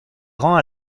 rend